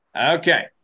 Okay